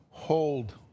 hold